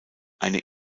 eine